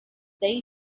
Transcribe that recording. they